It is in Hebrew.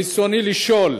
ברצוני לשאול: